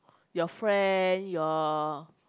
your friend your